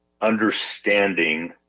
understanding